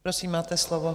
Prosím, máte slovo.